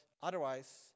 otherwise